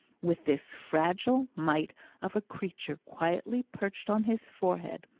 with this fragile mite of a creature quietly perched on his forehead,